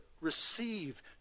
Receive